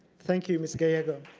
thank you, ms. gallego.